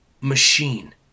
machine